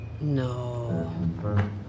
No